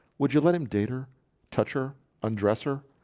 would you let him date her touch her undress her,